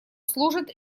служит